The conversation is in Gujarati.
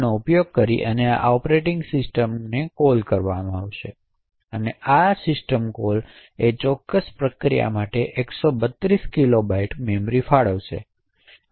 આપણે જોયું છે કે અને ઑપરેટિંગ સિસ્ટમ કોલ સિસ્ટમનો ઉપયોગ કરશે સિસ્ટમ આ ચોક્કસ પ્રક્રિયા માટે 132 કિલોબાઇટ્સનો જથ્થો ફાળવે છે